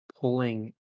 pulling